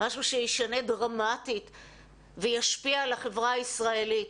משהו שישנה דרמטית וישפיע על החברה הישראלית.